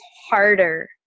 harder